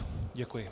Děkuji.